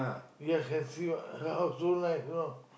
you can see what half moon tonight you know